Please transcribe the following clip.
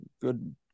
Good